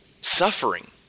suffering